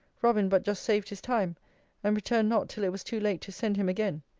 robin but just saved his time and returned not till it was too late to send him again.